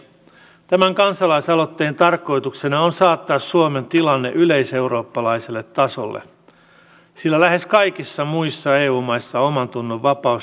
tämän kansalaisaloitteen tarkoituksena on saattaa suomen tilanne yleiseurooppalaiselle tasolle sillä lähes kaikissa muissa eu maissa omantunnonvapaus terveydenhuollossa toteutuu